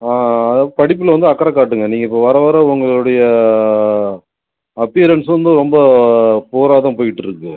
ஆ அதாவது படிப்பில் வந்து அக்கறை காட்டுங்க நீங்கள் இப்போ வர வர உங்களுடைய அப்பியரன்ஸ் வந்து ரொம்ப புவராக தான் போயிட்டுருக்கு